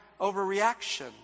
overreaction